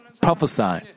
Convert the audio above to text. prophesy